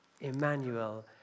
Emmanuel